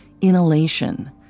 inhalation